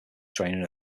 training